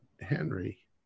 Henry